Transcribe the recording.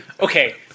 okay